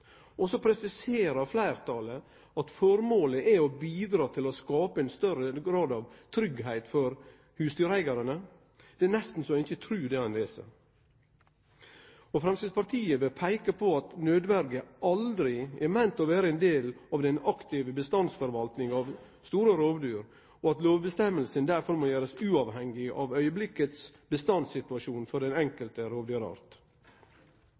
Og så presiserer fleirtalet at formålet er å bidra til å skape ein større grad av tryggleik for husdyreigarane. Det er nesten så ein ikkje trur det ein les. Framstegspartiet vil peike på at nødverje aldri er meint å vere ein del av den aktive bestandsforvaltinga av store rovdyr og at lovvedtaka derfor må gjerast uavhengige av den gjeldande bestandssituasjonen for den